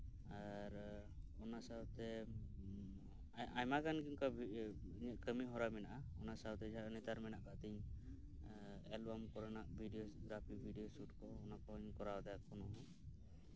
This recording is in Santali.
ᱟᱨ ᱚᱱᱟ ᱥᱟᱶᱛᱮ ᱟᱭᱢᱟ ᱜᱟᱱ ᱜᱮ ᱚᱱᱠᱟᱱ ᱠᱟᱹᱢᱤ ᱦᱚᱨᱟ ᱢᱮᱱᱟᱜᱼᱟ ᱚᱱᱟ ᱥᱟᱶᱛᱮ ᱡᱟᱦᱟᱸ ᱱᱮᱛᱟᱨ ᱢᱮᱱᱟᱜ ᱟᱠᱟᱜ ᱛᱤᱧ ᱮᱞᱵᱟᱢ ᱠᱚᱨᱮᱱᱟᱜ ᱵᱷᱤᱰᱭᱳ ᱜᱽᱨᱟᱯᱷᱤ ᱵᱷᱤᱰᱭᱳ ᱥᱩᱴ ᱠᱚ ᱚᱱᱟ ᱠᱚᱧ ᱠᱚᱨᱟᱣ ᱮᱫᱟ ᱮᱠᱷᱚᱱᱚ